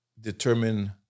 determine